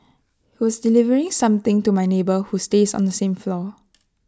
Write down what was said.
he was delivering something to my neighbour who stays on the same floor